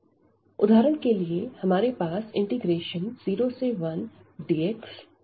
उदाहरण के लिए हमारे पास 01dx1 x है